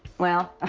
well ah